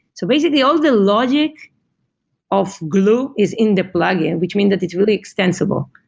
so basically, all the logic of gloo is in the plugin, which means that it's really extensible.